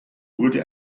wurde